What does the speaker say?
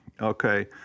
Okay